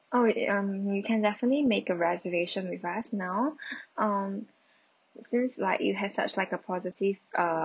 oh it it um you can definitely make a reservation with us now um it seems like you has such like a positive uh